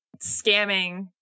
scamming